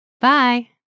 Bye